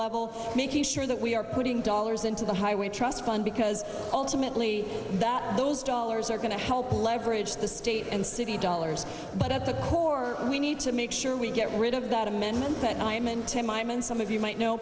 level making sure that we are putting dollars into the highway trust fund because ultimately that those dollars are going to help leverage the state and city dollars but at the core we need to make sure we get rid of that amendment that i am and to my mind some of you might know